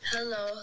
Hello